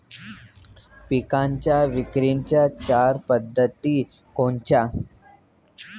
पिकांच्या विक्रीच्या चार पद्धती कोणत्या?